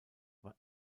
war